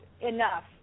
enough